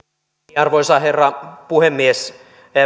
arvoisa herra puhemies